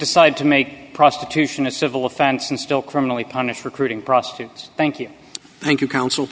decide to make prostitution a civil offense and still criminally punish recruiting prostitutes thank you thank you counsel